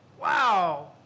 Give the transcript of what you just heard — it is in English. Wow